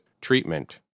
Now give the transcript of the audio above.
treatment